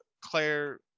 claire